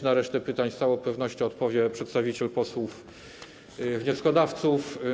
Na resztę pytań z całą pewnością odpowie przedstawiciel posłów wnioskodawców.